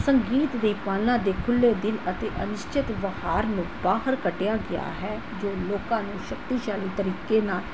ਸੰਗੀਤ ਦੀ ਪਾਲਣਾ ਦੇ ਖੁੱਲ੍ਹੇ ਦਿਲ ਅਤੇ ਅਨਿਸ਼ਚਿਤ ਬਹਾਰ ਨੂੰ ਬਾਹਰ ਕੱਢਿਆ ਗਿਆ ਹੈ ਜੋ ਲੋਕਾਂ ਨੂੰ ਸ਼ਕਤੀਸ਼ਾਲੀ ਤਰੀਕੇ ਨਾਲ